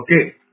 Okay